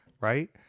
right